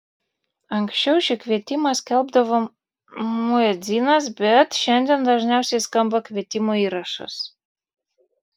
anksčiau šį kvietimą skelbdavo muedzinas bet šiandien dažniausiai skamba kvietimo įrašas